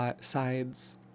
sides